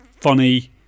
Funny